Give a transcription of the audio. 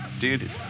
Dude